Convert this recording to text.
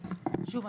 שוב,